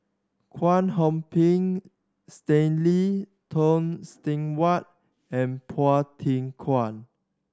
Kwek Hong Png Stanley Toft Stewart and Phua Thin Kiay